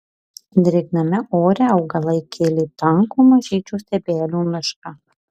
drėgname ore augalai kėlė tankų mažyčių stiebelių mišką